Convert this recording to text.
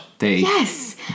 Yes